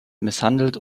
misshandelt